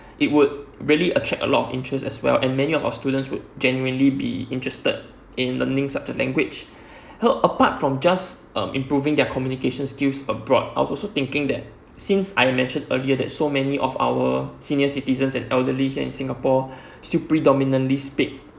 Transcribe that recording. it would really attract a lot of interest as well and many of our students would genuinely be interested in learning such a language apart from just um improving their communication skills abroad I also thinking that since I mentioned earlier that so many of our senior citizens and elderly here in singapore still predominantly speak